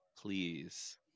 please